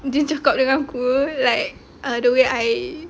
dia cakap dengan aku like uh the way I